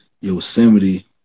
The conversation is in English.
Yosemite